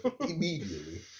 Immediately